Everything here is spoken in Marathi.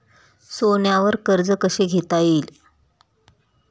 सोन्यावर कर्ज कसे घेता येईल?